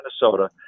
Minnesota